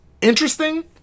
interesting